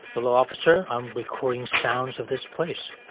hello officer. i'm recording sounds of this place.